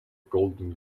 golden